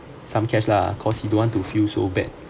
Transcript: some cash lah because he don't want to feel so bad